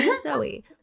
Zoe